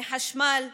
מחשמל,